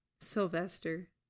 Sylvester